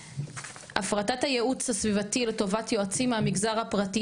הפרטת הייעוץ הסביבתי לטובת יועצים מהמגזר הפרטי,